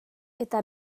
eta